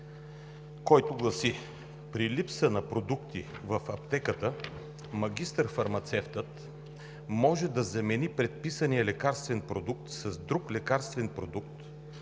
който гласи: „При липса на продукти в аптеката магистър-фармацевтът може да замени предписания лекарствен продукт с друг лекарствен продукт